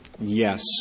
Yes